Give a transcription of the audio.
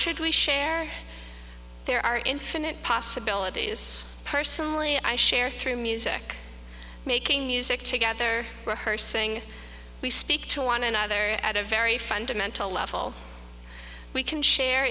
should we share there are infinite possibilities personally i share through music making music together her saying we speak to one another at a very fundamental level we can share